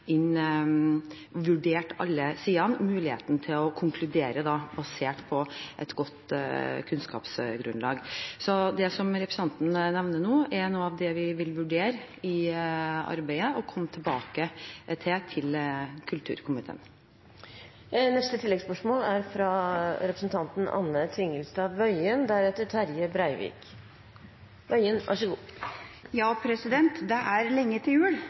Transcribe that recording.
vurdert alle sidene, muligheten til å konkludere basert på et godt kunnskapsgrunnlag. Så det som representanten nevner nå, er noe av det vi vil vurdere i arbeidet og komme tilbake til, til kulturkomiteen. Anne Tingelstad Wøien – til neste oppfølgingsspørsmål. Det er lenge til jul. Det er lenge til